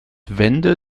wände